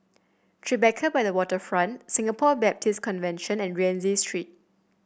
Tribeca by the Waterfront Singapore Baptist Convention and Rienzi Street